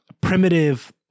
primitive